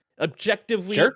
Objectively